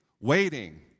waiting